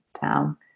town